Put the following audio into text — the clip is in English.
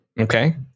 Okay